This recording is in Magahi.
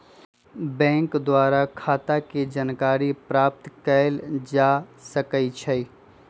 बैंक द्वारा खता के जानकारी प्राप्त कएल जा सकइ छइ